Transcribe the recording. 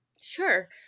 Sure